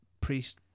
priest